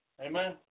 Amen